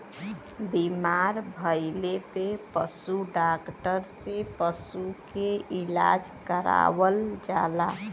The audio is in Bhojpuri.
बीमार भइले पे पशु डॉक्टर से पशु के इलाज करावल जाला